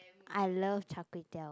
I love Char-Kway-Teow